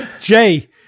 Jay